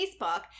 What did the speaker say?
Facebook